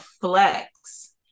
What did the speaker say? flex